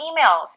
emails